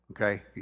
okay